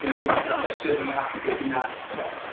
and we're running a session, perhaps looking at, well,